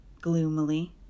gloomily